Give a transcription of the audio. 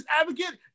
Advocate